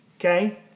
Okay